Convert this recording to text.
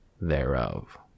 thereof